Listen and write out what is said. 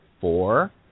four